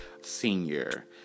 Senior